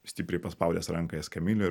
stipriai paspaudęs ranką eskamiljo